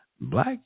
Black